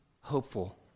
Hopeful